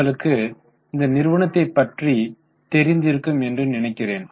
உங்களுக்கு இந்த நிறுவனத்தை பற்றி தெரிந்து இருக்கும் என்று நினைக்கிறேன்